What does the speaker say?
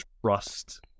trust